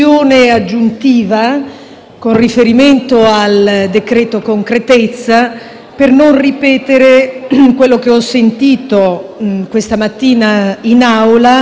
di fare *editing* comunicativo. Mi riferisco al termine «concretezza» delle azioni della pubblica amministrazione, che